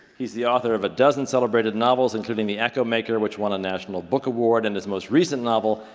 he's the author of a dozen celebrated novels, including the echo maker, which won a national book award, and his most recent novel,